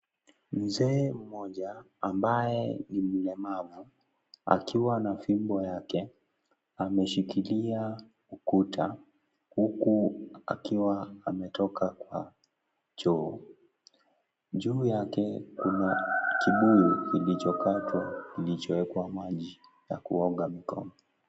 Mzee mmoja ambaye ni mlemavu akiwa na fimbo yake. Ameshikilia ukuta huku akiwa ametoka Kwa choo. Juu yake kuna kibuyu kilichokatwa kilichoemwa maji ya kuoga mkono.